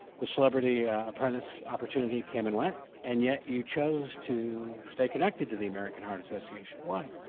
the celebrity apprentice opportunity came and went and yet you chose to stay connected to the american heart association, why?